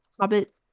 Hobbit